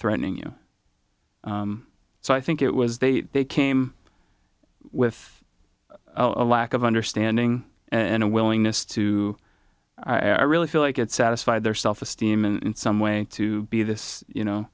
threatening you so i think it was they they came with a lack of understanding and a willingness to i really feel like it satisfied their self esteem in some way to be this you know